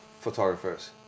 photographers